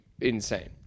insane